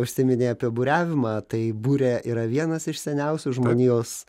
užsiminei apie buriavimą tai burė yra vienas iš seniausių žmonijos